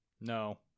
No